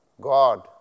God